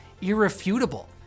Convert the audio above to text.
irrefutable